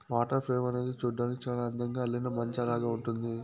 water frame అనేది చూడ్డానికి చానా అందంగా అల్లిన మంచాలాగా ఉంటుంది